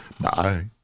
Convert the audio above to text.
Bye